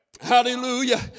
hallelujah